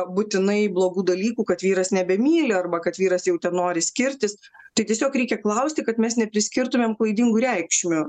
būtinai blogų dalykų kad vyras nebemyli arba kad vyras jau ten nori skirtis tai tiesiog reikia klausti kad mes ne priskirtumėm klaidingų reikšmių